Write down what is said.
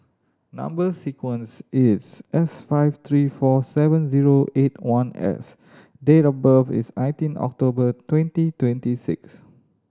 number sequence is S five three four seven zero eight one S date of birth is nineteen October twenty twenty six